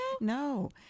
no